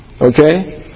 Okay